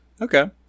Okay